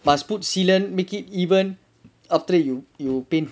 must put sealant make it even after the you you paint